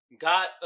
got